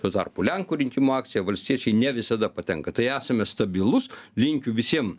tuo tarpu lenkų rinkimų akcija valstiečiai ne visada patenka tai esame stabilūs linkiu visiem